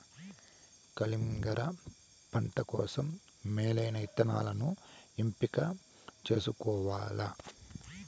కలింగర పంట కోసం మేలైన ఇత్తనాలను ఎంపిక చేసుకోవల్ల